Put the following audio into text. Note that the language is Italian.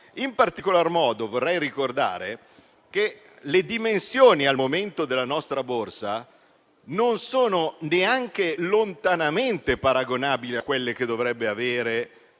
In particolar modo vorrei ricordare che al momento le dimensioni della nostra Borsa non sono neanche lontanamente paragonabili a quelle che dovrebbe avere